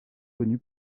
connue